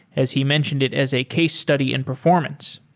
as he mentioned it as a case study in performance.